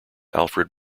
alfred